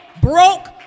broke